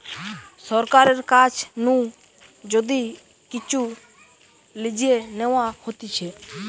সরকারের কাছ নু যদি কিচু লিজে নেওয়া হতিছে